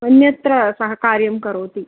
अन्यत्र सः कार्यं करोति